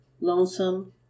lonesome